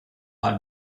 her